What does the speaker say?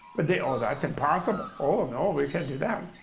but they, oh, that's impossible. oh no, we can't do that.